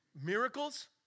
miracles